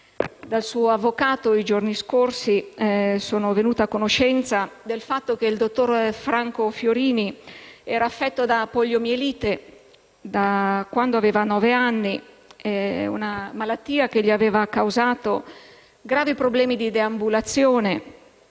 Dal suo avvocato nei giorni scorsi sono venuta a conoscenza del fatto che il dottor Franco Fiorini era affetto da poliomielite da quando aveva 9 anni, una malattia che gli aveva causato gravi problemi di deambulazione.